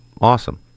Awesome